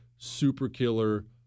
Superkiller